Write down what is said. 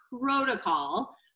protocol